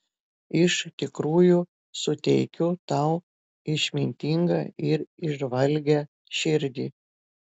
iš tikrųjų suteikiu tau išmintingą ir įžvalgią širdį